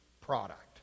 product